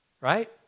right